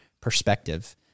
perspective